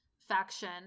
faction